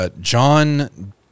John